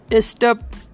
step